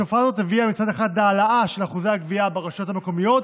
התופעה הזאת הביאה מצד אחד להעלאה של אחוזי הגבייה ברשויות המקומיות,